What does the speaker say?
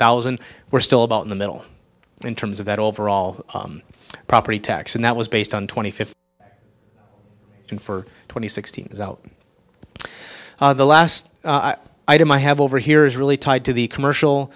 thousand were still about in the middle in terms of that overall property tax and that was based on twenty fifth and for twenty six things out the last item i have over here is really tied to the commercial